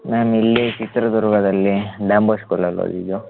ma'am ಇಲ್ಲಿ ಚಿತ್ರದುರ್ಗದಲ್ಲಿ ಲ್ಯಾಂಬೋ ಸ್ಕೂಲಲ್ಲಿ ಓದಿದ್ದು